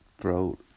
throat